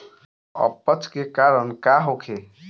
अपच के कारण का होखे?